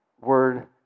word